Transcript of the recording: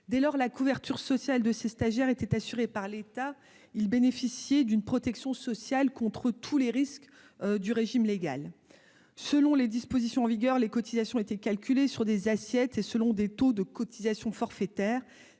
dès lors la couverture sociale de ces stagiaires étaient assurés par l'État, il bénéficier d'une protection sociale contre tous les risques du régime légal selon les dispositions en vigueur les cotisations été calculé sur des assiettes et selon des taux de cotisation forfaitaire,